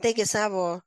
taigi savo